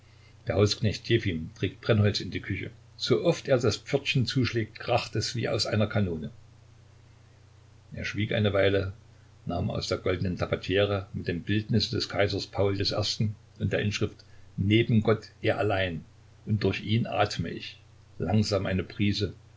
der hausknecht jefim trägt brennholz in die küche sooft er das pförtchen zuschlägt kracht es wie aus einer kanone er schwieg eine weile nahm aus der goldenen tabatiere mit dem bildnisse des kaisers paul i und der inschrift neben gott er allein und durch ihn atme ich langsam eine prise